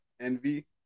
Envy